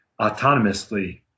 autonomously